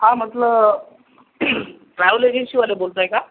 हां म्हटलं ट्रॅव्हल एजन्सीवाले बोलताय का